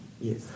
Yes